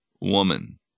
woman